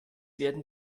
werden